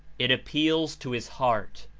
it appeals to his heart.